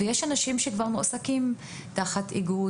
ישנם אנשים שכבר מועסקים תחת איגוד,